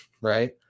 right